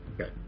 Okay